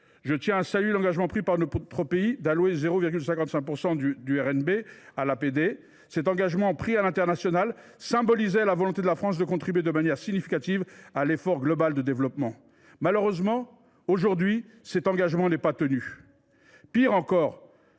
je tiens à saluer l’engagement pris par notre pays d’allouer 0,55 % du revenu national brut à l’APD. Cet engagement, pris devant les instances internationales, symbolisait la volonté de la France de contribuer de manière significative à l’effort global de développement. Malheureusement, aujourd’hui, cet engagement n’est pas tenu.